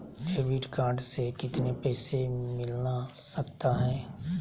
Debit card से कितने पैसे मिलना सकता हैं?